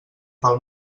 pel